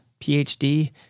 PhD